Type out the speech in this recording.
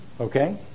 Okay